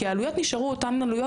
כי העלויות נשארו אותן עלויות,